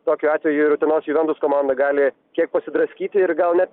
tokiu atveju ir utenos juventus komanda gali kiek pasidraskyti ir gal net